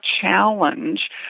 challenge